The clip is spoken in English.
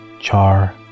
char